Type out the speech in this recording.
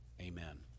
Amen